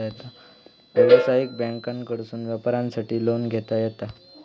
व्यवसायिक बँकांकडसून व्यापारासाठी लोन घेता येता